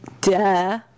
duh